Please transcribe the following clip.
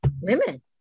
women